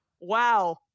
wow